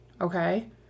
okay